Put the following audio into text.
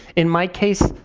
in my case,